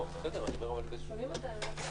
אני פותח את הדיון שהתחלנו בבוקר בנושא ה-VC.